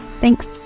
thanks